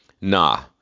Nah